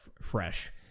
fresh